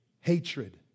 hatred